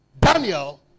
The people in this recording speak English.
Daniel